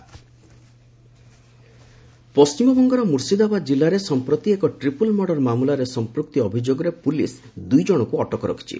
ଡବୁବି BJP protest ପଶ୍ଚିମବଙ୍ଗର ମୁର୍ସିଦାବାଦ ଜିଲ୍ଲାରେ ସଂପ୍ରତି ଏକ ଟ୍ରିପୁଲ୍ ମର୍ଡର ମାମଲାରେ ସଂପୃକ୍ତି ଅଭିଯୋଗରେ ପୁଲିସ୍ ଦୁଇକଣଙ୍କୁ ଅଟକ ରଖିଛି